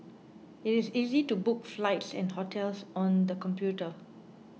it is easy to book flights and hotels on the computer